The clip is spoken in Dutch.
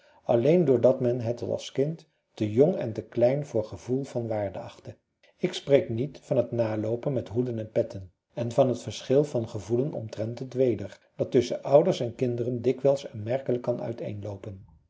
alleen doordat men het als kind te jong en te klein voor gevoel van waarde achtte ik spreek niet van het naloopen met hoeden en petten en van het verschil van gevoelen omtrent het weder dat tusschen ouders en kinderen dikwijls aanmerkelijk kan uiteenloopen